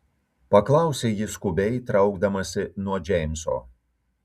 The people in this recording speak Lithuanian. paklausė ji skubiai traukdamasi nuo džeimso